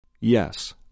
Yes